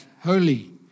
holy